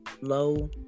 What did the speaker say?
low